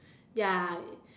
ya